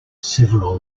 several